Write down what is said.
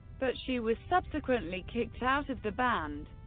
but she was subsequently kicked out of the band.